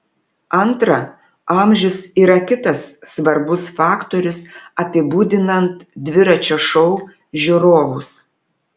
antra amžius yra kitas svarbus faktorius apibūdinant dviračio šou žiūrovus